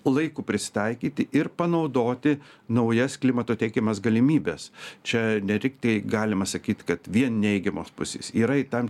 laiku prisitaikyti ir panaudoti naujas klimato teikiamas galimybes čia ne tik tai galima sakyt kad vien neigiamos pusės yra ir tam